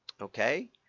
Okay